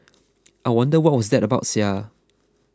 I wonder what that was about S I A